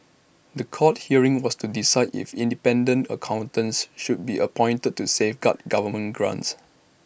The Court hearing was to decide if independent accountants should be appointed to safeguard government grants